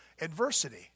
adversity